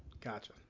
Gotcha